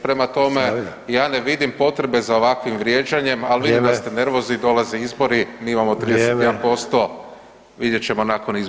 Prema tome, ja ne vidim potrebe za ovakvim vrijeđanjem, al vidim [[Upadica: Vrijeme]] da ste nervozni dolaze izbori, mi imamo 31%, vidjet ćemo nakon izbora.